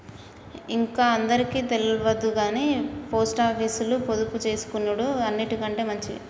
ఇంక అందరికి తెల్వదుగని పోస్టాపీసుల పొదుపుజేసుకునుడు అన్నిటికంటె మంచిది